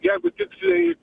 jeigu tiktai